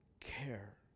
care